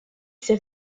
ses